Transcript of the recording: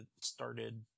started